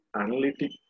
analytic